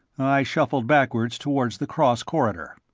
i shuffled backwards towards the cross corridor.